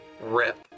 RIP